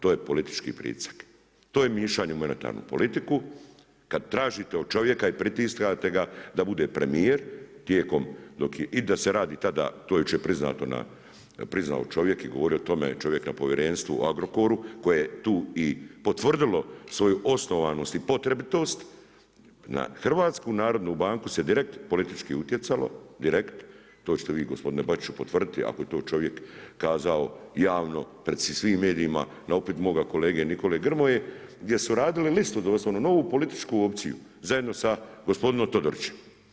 To je politički pritisak, to je mišanje u monetarnu politiku kada tražite od čovjeka i pritiskate ga da bude premijer i da se radi tada, to je jučer priznao čovjek i govorio o tome čovjek na Povjerenstvu o Agrokoru koje je tu i potvrdilo svoju osnovanost i potrebitost na HNB se direkt politički utjecalo, direkt, to ćete vi gospodine Bačiću potvrditi ako je to čovjek kazao javno pred svim medijima na upit moga kolege Nikole Grmoje gdje su radili listu doslovno, novu političku opciju zajedno sa gospodinom Todorićem.